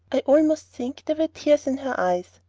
i almost think there were tears in her eyes.